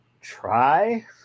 try